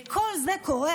וכל זה קורה,